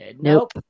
Nope